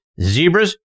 Zebras